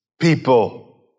people